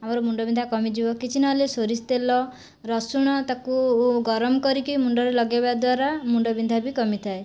ଆମର ମୁଣ୍ଡବିନ୍ଧା କମିଯିବ କିଛି ନହେଲେ ସୋରିଷ ତେଲ ରସୁଣ ତାକୁ ଗରମ କରିକି ମୁଣ୍ଡରେ ଲଗାଇବା ଦ୍ଵାରା ମୁଣ୍ଡବିନ୍ଧା ବି କମିଥାଏ